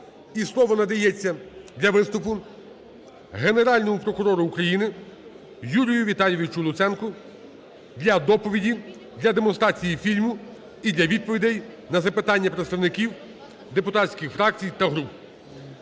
І слово надається для виступу Генеральному прокурору України Юрію Віталійовичу Луценку для доповіді, для демонстрації фільму і для відповідей на запитання представників депутатських фракцій та груп.